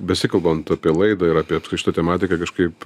besikalbant apie laidą ir apie apskrit šitą tematiką kažkaip